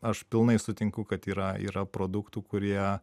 aš pilnai sutinku kad yra yra produktų kurie